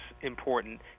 important